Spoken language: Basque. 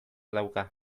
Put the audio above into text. dauka